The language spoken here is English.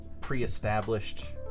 pre-established